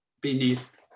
beneath